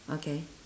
okay